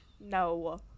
No